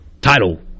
title